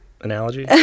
analogy